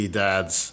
dads